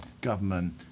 government